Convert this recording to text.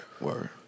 Word